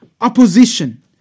Opposition